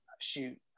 shoot